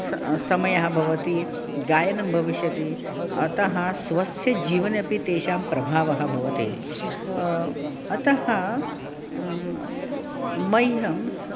सः समयः भवति गायनं भविष्यति अतः स्वस्य जीवने अपि तेषां प्रभावः भवति अतः मह्यं सः